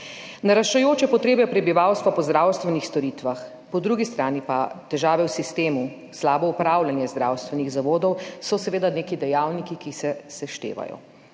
Naraščajoče potrebe prebivalstva po zdravstvenih storitvah, po drugi strani pa težave v sistemu, slabo upravljanje zdravstvenih zavodov so seveda neki dejavniki, ki se seštevajo